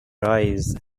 rise